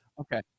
Okay